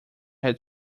had